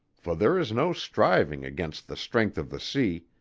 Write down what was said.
for there is no striving against the strength of the sea,